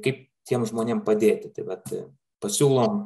kaip tiem žmonėm padėti tai vat pasiūlom